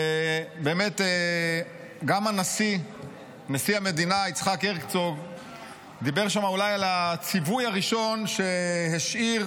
גם נשיא המדינה יצחק הרצוג דיבר שם על הציווי הראשון שהשאיר